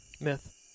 myth